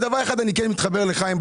בדבר אחד אני כן מתחבר לחיים,